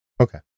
okay